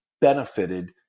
benefited